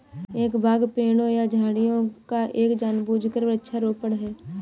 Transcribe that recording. एक बाग पेड़ों या झाड़ियों का एक जानबूझकर वृक्षारोपण है